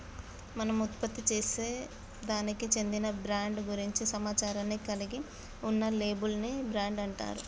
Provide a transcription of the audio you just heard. మనం ఉత్పత్తిసేసే దానికి చెందిన బ్రాండ్ గురించి సమాచారాన్ని కలిగి ఉన్న లేబుల్ ని బ్రాండ్ అంటారు